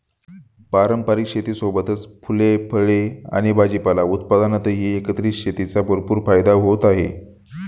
पारंपारिक शेतीसोबतच फुले, फळे आणि भाजीपाला उत्पादनातही एकत्रित शेतीचा भरपूर फायदा होत आहे